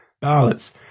ballots